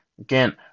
Again